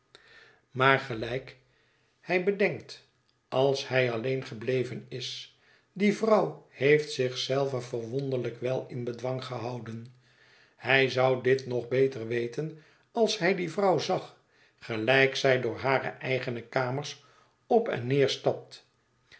maar gelijk hij bedenkt als hij alleen gebleven is die vrouw heeft zich zelve verwonderlijk wel in bedwang gehouden hij zou dit nog beter weten als hij die vrouw zag gelijk zij door hare eigene kamers op en neer stapt